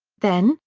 then,